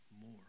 more